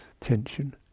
tension